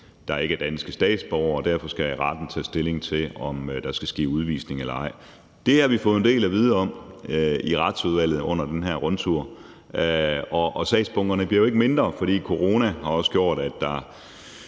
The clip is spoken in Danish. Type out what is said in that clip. der ikke er danske statsborgere, og derfor skal retten tage stilling til, om der skal ske udvisning eller ej. Det har vi i Retsudvalget fået en del af vide om under den her rundtur. Og sagsbunkerne bliver jo ikke mindre, for corona har også gjort, at der